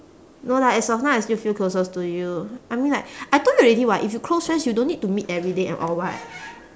no lah as of now I still feel closest to you I mean like I told you already [what] if you close friends you don't need to meet every day and all [what]